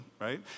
right